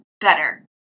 better